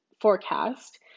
forecast